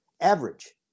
average